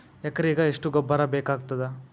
ಎಕರೆಗ ಎಷ್ಟು ಗೊಬ್ಬರ ಬೇಕಾಗತಾದ?